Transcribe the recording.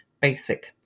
basic